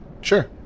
sure